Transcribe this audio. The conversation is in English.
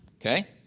okay